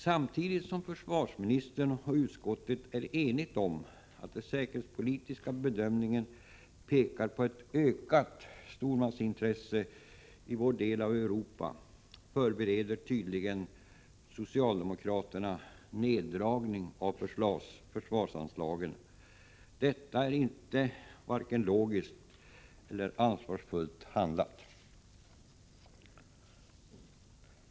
Samtidigt som försvarsministern och utskottet är eniga om att den säkerhetspolitiska bedömningen visar på ökat stormaktsintresse i vår del av Europa förbereder tydligen socialdemokraterna en neddragning av försvarsanslagen. Detta är inte vare sig logiskt eller ansvarsfullt handlat.